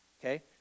okay